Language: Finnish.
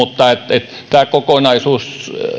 tämä kokonaisuus